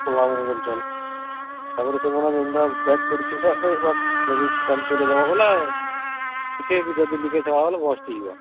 ପଲାମୁ ବୋଲୁଚନ୍ ତା'ପରେ ସେମାନେ ଯେନ୍ତା ବ୍ୟାକ୍ କରୁଛୁ ଯଦି ପାନ୍ ଚଲାଇ ଦବ ବୋଲେ ଟିକେ କି ଯଦି ଲିକେଜ୍ ହବା ବୋଲେ ବ୍ରଷ୍ଟ୍ ହେଇଯିବ